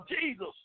Jesus